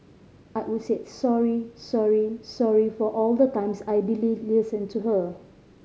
I would say sorry sorry sorry for all the times I did listen to her